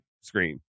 screen